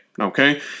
Okay